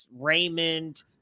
Raymond